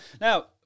now